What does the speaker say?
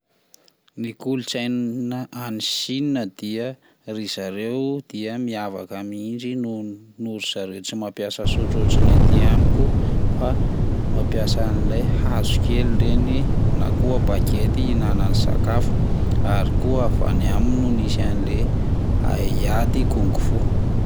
Ny kolotsaina any Chine dia ry zareo dia miavaka mihitsy noho- nohon'ny zareo tsy mampiasa sotro ohatra ny aty amiko fa mampiasa an'ilay hazo kely na koa bagette hihinanany sakafo ary, koa avy any aminy no nisy an'le hai-ady kung fu.